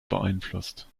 beeinflusst